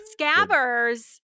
Scabbers